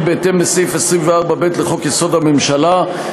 בהתאם לסעיף 24(ב) לחוק-יסוד: הממשלה,